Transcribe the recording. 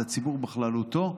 לציבור בכללותו,